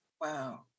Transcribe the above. Wow